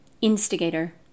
instigator